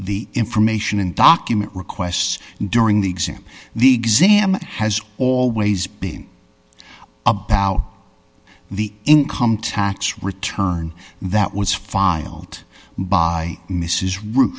the information and document requests during the exam the exam has always been about the income tax return that was filed by mrs roo